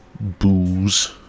booze